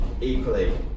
equally